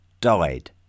died